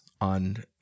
on